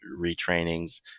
retrainings